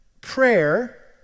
Prayer